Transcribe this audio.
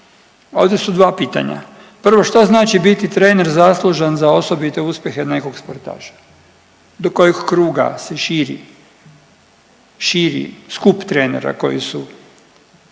Ovdje su dva pitanja. Prvo što znači biti trener zaslužan za osobite uspjehe nekog sportaša, do kojeg kruga se širi skup trenera koji su